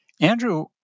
andrew